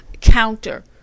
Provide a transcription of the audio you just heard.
counter